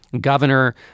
governor